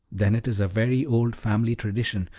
then it is a very old family tradition.